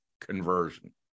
conversion